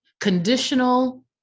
Conditional